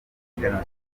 jenoside